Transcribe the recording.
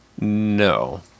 No